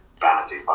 vanity